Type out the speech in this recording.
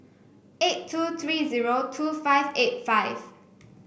eight two three zero two five eight five